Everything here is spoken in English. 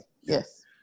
Yes